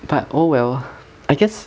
but oh well I guess